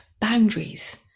Boundaries